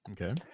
Okay